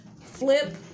flip